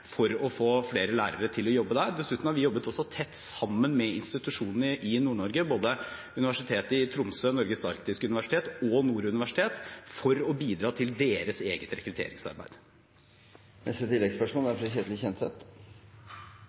for å få flere lærere til å jobbe der. Dessuten har vi jobbet tett sammen med institusjonene i Nord-Norge, både Universitetet i Tromsø – Norges arktiske universitet, og Nord universitet, for å bidra til deres eget rekrutteringsarbeid. Kjetil Kjenseth – til oppfølgingsspørsmål. Det er